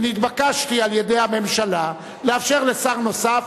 נתבקשתי על-ידי הממשלה לאפשר לשר נוסף,